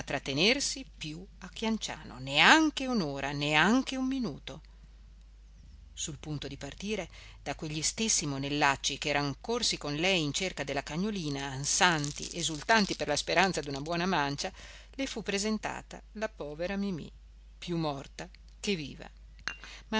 trattenersi più a lungo a chianciano neanche un'ora neanche un minuto sul punto di partire da quegli stessi monellacci che erano corsi con lei in cerca della cagnolina ansanti esultanti per la speranza d'una buona mancia le fu presentata la povera mimì più morta che viva